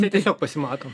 jie tiesiog pasimato